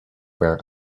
where